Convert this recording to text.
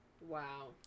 Wow